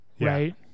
right